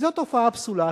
וזו תופעה פסולה,